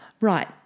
Right